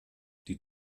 die